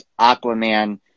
Aquaman